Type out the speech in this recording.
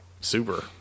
Super